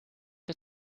der